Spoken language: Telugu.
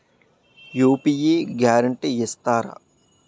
యూ.పీ.యి గ్యారంటీ చెప్తారా?